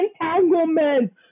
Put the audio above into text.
entanglement